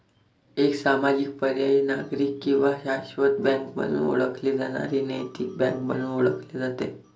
एक सामाजिक पर्यायी नागरिक किंवा शाश्वत बँक म्हणून ओळखली जाणारी नैतिक बँक म्हणून ओळखले जाते